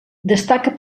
destaca